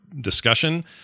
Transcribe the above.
discussion